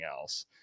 else